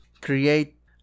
create